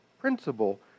principle